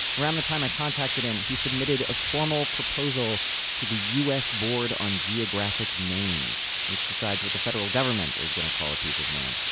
around the time i contacted him, he submitted a formal proposal to the us board on geographic names, which decides what the federal government is going to call a piece of land.